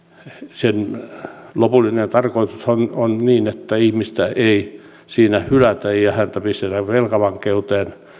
sen lopullinen tarkoitushan on on niin että ihmistä ei siinä hylätä ja ja pistetä velkavankeuteen